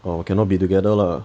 orh cannot be together lah